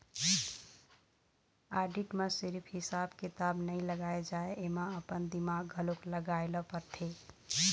audit म सिरिफ हिसाब किताब नइ लगाए जाए एमा अपन दिमाक घलोक लगाए ल परथे